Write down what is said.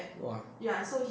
!wah!